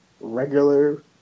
regular